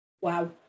Wow